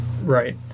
Right